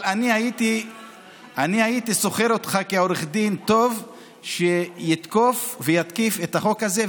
אני הייתי שוכר אותך כעורך דין טוב שיתקוף ויתקיף את החוק הזה,